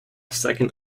second